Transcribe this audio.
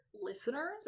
listeners